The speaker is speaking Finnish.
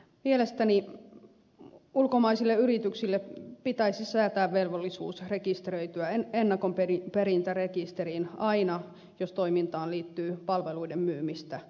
mielestäni ulkomaisille yrityksille pitäisi säätää velvollisuus rekisteröityä ennakkoperintärekisteriin aina jos toimintaan liittyy palveluiden myymistä suomessa